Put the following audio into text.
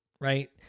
right